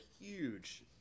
huge